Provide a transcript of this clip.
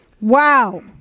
Wow